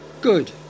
Good